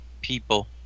people